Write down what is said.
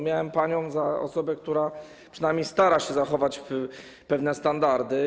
Miałem panią za osobę, która przynajmniej stara się zachować pewne standardy.